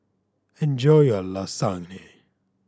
enjoy your Lasagne